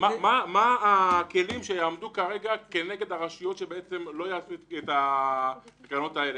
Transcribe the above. מה הכלים שיעמדו כרגע נגד הרשויות שלא יעשו את התקנות האלה?